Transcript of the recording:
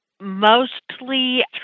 mostly